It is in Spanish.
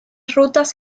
rutas